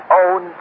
own